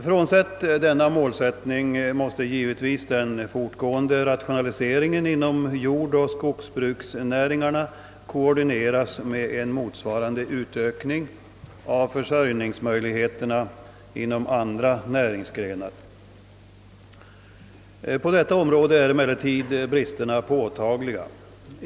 Frånsett denna målsättning måste givetvis den fortgående rationaliseringen inom jordoch skogsbruksnäringarna koordineras med en motsvarande utökning av försörjningsmöjligheterna inom andra näringsgrenar. På detta område är emellertid bristerna påtagliga.